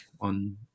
on